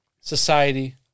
Society